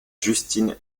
justin